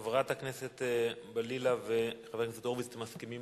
חברת הכנסת בלילא וחבר הכנסת הורוביץ, אתם מסכימים